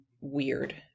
weird